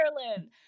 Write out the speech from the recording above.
ireland